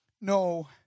no